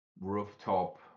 rooftop